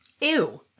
Ew